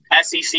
SEC